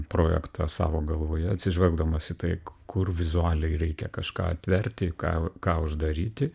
projektą savo galvoje atsižvelgdamas į tai kur vizualiai reikia kažką atverti ką ką uždaryti